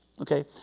Okay